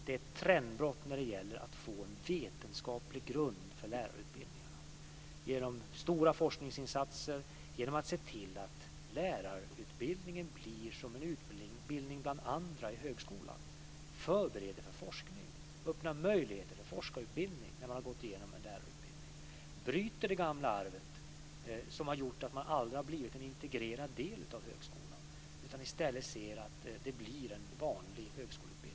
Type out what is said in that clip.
Det är ett trendbrott när det gäller att få en vetenskaplig grund för lärarutbildningen, genom stora forskningsinsatser, genom att se till att lärarutbildningen blir som en utbildning bland andra i högskolan, förbereder för forskning, öppnar möjligheter för forskarutbildning när man har gått igenom en lärarutbildning och bryter det gamla arvet som har gjort att man aldrig har blivit en integrerad del av högskolan. I stället ska man se att det blir en vanlig högskoleutbildning.